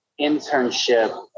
internship